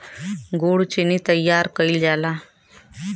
गुड़ चीनी तइयार कइल जाला